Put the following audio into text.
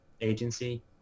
agency